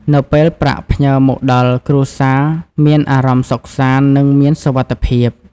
នៅពេលប្រាក់ផ្ញើមកដល់ គ្រួសារមានអារម្មណ៍សុខសាន្ត និងមានសុវត្ថិភាព។